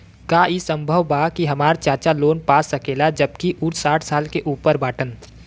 का ई संभव बा कि हमार चाचा लोन पा सकेला जबकि उ साठ साल से ऊपर बाटन?